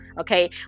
okay